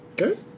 Okay